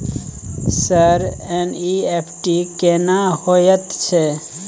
Sir NEFT केना होयत छै?